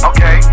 Okay